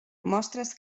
mostres